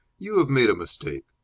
you have made a mistake.